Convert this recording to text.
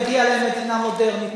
מגיעה להם מדינה מודרנית,